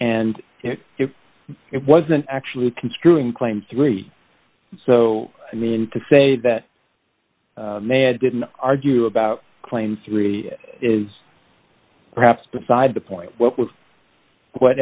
and if it wasn't actually construing claim three so i mean to say that man didn't argue about claims three is perhaps beside the point what was what